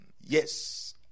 Yes